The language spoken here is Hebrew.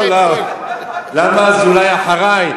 לא, למה אזולאי אחרי?